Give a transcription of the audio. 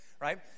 Right